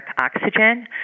oxygen